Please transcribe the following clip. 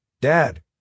Dad